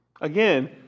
again